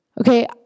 Okay